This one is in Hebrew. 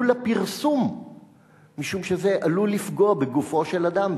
לפרסום משום שזה עלול לפגוע בגופו של אדם,